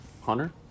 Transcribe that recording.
Hunter